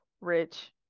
Rich